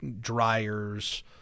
dryers